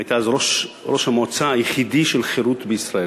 הייתי אז ראש המועצה היחידי של חרות בישראל